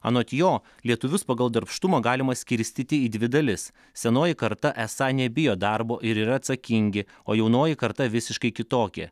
anot jo lietuvius pagal darbštumą galima skirstyti į dvi dalis senoji karta esą nebijo darbo ir yra atsakingi o jaunoji karta visiškai kitokia